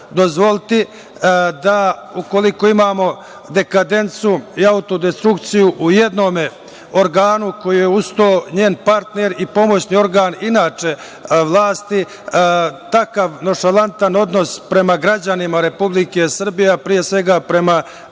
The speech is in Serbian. dozvoliti da ukoliko imamo dekadencu i autodestrukciju u jednom organu, koji je uz to i njen partner i pomoćni organ vlasti, takav nonšalantan odnos prema građanima Republike Srbije, a pre svega prema